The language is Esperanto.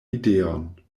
ideon